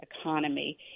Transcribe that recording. economy